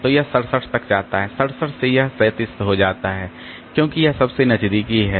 तो यह 67 तक जाता है 67 से यह 37 हो जाता है क्योंकि यह सबसे नज़दीकी है